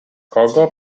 kogo